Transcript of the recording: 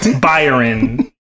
Byron